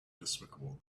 despicable